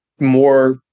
more